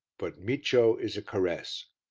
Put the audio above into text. but micio is a caress.